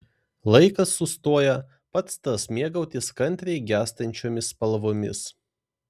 laikas sustoja pats tas mėgautis kantriai gęstančiomis spalvomis